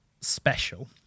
special